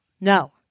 No